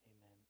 amen